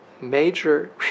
major